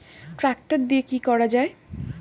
Tractor দিয়ে কি করা যায়?